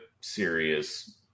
serious